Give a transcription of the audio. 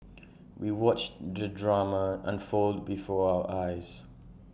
we watched the drama unfold before our eyes